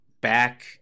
back